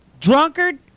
drunkard